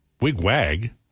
Wigwag